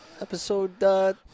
Episode